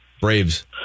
Braves